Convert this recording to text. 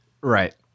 Right